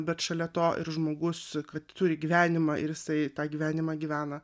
bet šalia to ir žmogus kad turi gyvenimą ir jisai tą gyvenimą gyvena